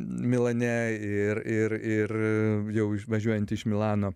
milane ir ir ir jau iš važiuojant iš milano